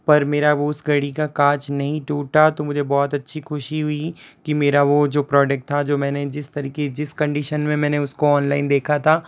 पर मेरा उस घड़ी का काँच नहीं टूटा तो मुझे बहुत अच्छी ख़ुशी हुई कि मेरा वो जो प्रोडक्ट था जो मैंने जिस तरीक़े जिस कंडीशन में मैंने उसको ऑनलाइन देखा था